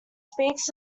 speaks